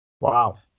Wow